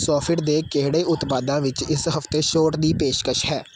Sofit ਦੇ ਕਿਹੜੇ ਉਤਪਾਦਾਂ ਵਿੱਚ ਇਸ ਹਫ਼ਤੇ ਛੋਟ ਦੀ ਪੇਸ਼ਕਸ਼ ਹੈ